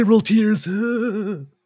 tears